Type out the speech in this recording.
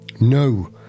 No